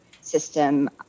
system